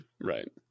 Right